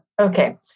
Okay